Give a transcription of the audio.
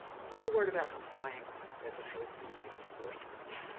just a word about compliance as opposed to enforcement.